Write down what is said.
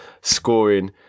scoring